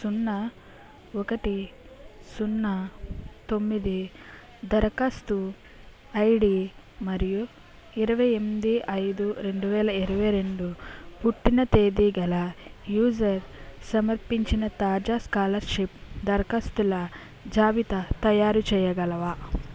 సున్నా ఒకటి సున్నా తొమ్మిది దరఖాస్తు ఐడి మరియు ఇరవై ఎనిమిది ఐదు రెండువేల ఇరవైరెండు పుట్టిన తేది గల యూజర్ సమర్పించిన తాజా స్కాలర్షిప్ దరఖాస్తుల జాబితా తయారుచేయగలవా